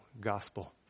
gospel